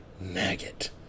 maggot